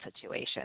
situation